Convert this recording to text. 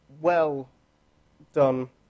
well-done